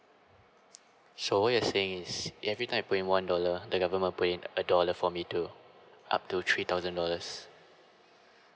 so what you're saying is every time I put in one dollar the government put in a dollar for me to up to three thousand dollars